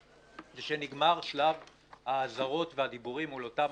הוא שנגמר שלב האזהרות והדיבורים מול אותם